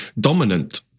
dominant